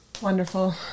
Wonderful